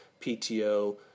PTO